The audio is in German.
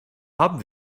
haben